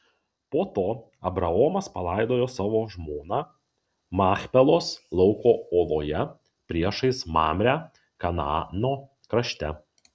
po to abraomas palaidojo savo žmoną machpelos lauko oloje priešais mamrę kanaano krašte